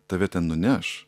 tave ten nuneš